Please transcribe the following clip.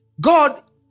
God